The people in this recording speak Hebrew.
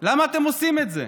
למה אתם עושים את זה?